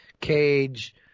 Cage